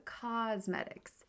Cosmetics